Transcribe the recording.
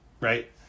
right